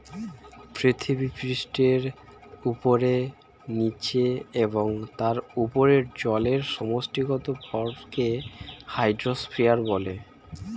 পৃথিবীপৃষ্ঠের উপরে, নীচে এবং তার উপরে জলের সমষ্টিগত ভরকে হাইড্রোস্ফিয়ার বলে